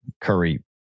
Curry